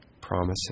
promises